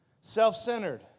Self-centered